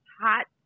hot